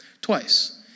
twice